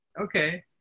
Okay